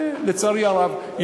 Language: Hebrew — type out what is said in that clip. לצערי הרב,